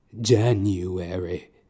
January